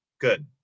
good